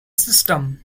system